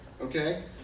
Okay